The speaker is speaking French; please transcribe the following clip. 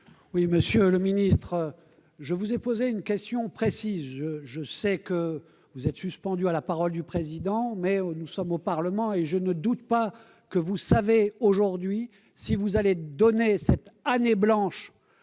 Monsieur le ministre, je vous ai posé une question précise. Je sais que vous êtes suspendu à la parole du Président de la République, mais nous sommes au Parlement, et je ne doute pas que vous savez aujourd'hui si vous allez accorder cette année blanche